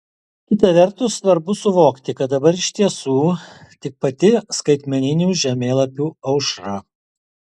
kita vertus svarbu suvokti kad dabar iš tiesų tik pati skaitmeninių žemėlapių aušra